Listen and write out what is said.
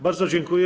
Bardzo dziękuję.